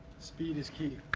speed is key.